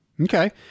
okay